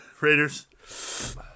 raiders